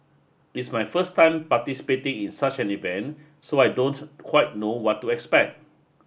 it's my first time participating in such an event so I don't quite know what to expect